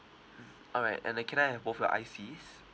mm all right and then can I have both your I_Cs